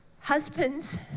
Husbands